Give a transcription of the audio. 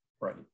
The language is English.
right